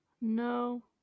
no